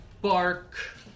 bark